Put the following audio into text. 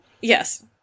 Yes